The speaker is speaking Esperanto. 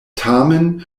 tamen